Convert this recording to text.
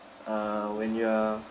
uh when you are